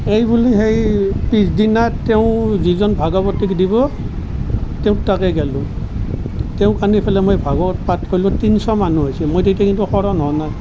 এইবুলি সেই পিছদিনা তেওঁ যিজন ভাগৱতী দিব তেওঁৰ তাত গলোঁ তেওঁক আনি পেলাই মই ভাগৱত পাঠ কৰিলোঁ তিনিশ মানুহ হৈছিল মোৰ তেতিয়া কিন্তু শৰণ হোৱা নাই